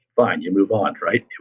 fine, you move on, right?